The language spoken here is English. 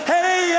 Hey